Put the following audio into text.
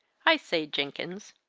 i say, jenkins,